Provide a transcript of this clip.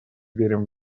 верим